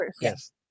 Yes